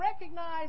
recognize